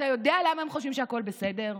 אתה יודע למה הם חושבים שהכול בסדר?